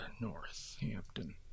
Northampton